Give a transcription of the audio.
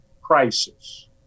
crisis